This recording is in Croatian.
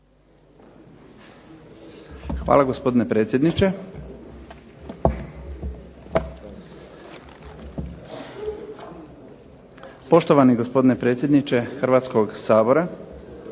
Hvala, gospodine predsjedniče. Poštovani gospodine predsjedniče Hrvatskoga sabora,